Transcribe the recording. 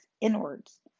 inwards